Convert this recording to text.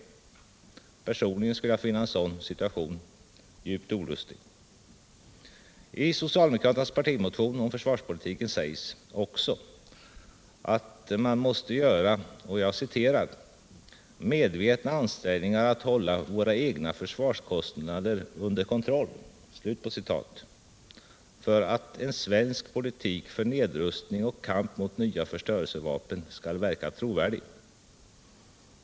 Personligen skulle jag finna en sådan situation djupt olustig. I socialdemokraternas partimotion om försvarspolitiken sägs också att man måste göra ”medvetna ansträngningar att hålla våra egna försvarskostnader under kontroll” för att en svensk politik för nedrustning och kamp mot nya förstörelsevapen skall verka trovärdig.